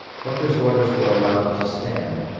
hooker's orders were allowed to stand,